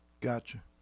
Gotcha